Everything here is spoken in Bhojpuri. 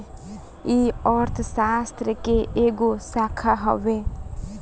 ई अर्थशास्त्र के एगो शाखा हवे